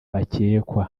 bakekwa